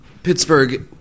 Pittsburgh